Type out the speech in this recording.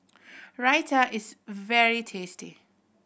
raita is very tasty